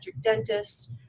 dentist